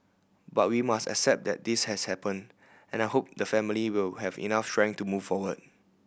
but we must accept that this has happened and I hope the family will have enough strength to move forward